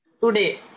today